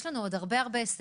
יש לנו עוד הרבה הישגים.